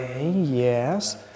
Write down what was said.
yes